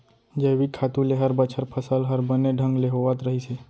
जैविक खातू ले हर बछर फसल हर बने ढंग ले होवत रहिस हे